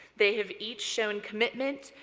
they have each shown commitment,